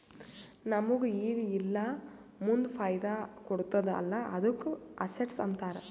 ನಮುಗ್ ಈಗ ಇಲ್ಲಾ ಮುಂದ್ ಫೈದಾ ಕೊಡ್ತುದ್ ಅಲ್ಲಾ ಅದ್ದುಕ ಅಸೆಟ್ಸ್ ಅಂತಾರ್